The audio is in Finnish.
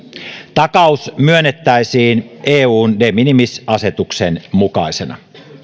takaus myönnettäisiin eun de minimis asetuksen mukaisena